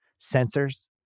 sensors